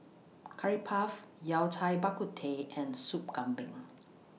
Curry Puff Yao Cai Bak Kut Teh and Sop Kambing